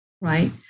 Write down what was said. right